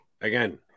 again